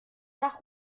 nach